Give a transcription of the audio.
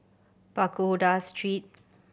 Pagoda Street